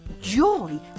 Joy